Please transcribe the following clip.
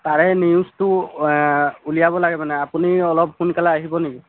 তাৰে নিউজটো ওলিয়াব লাগে মানে আপুনি অলপ সোনকালে আহিবনি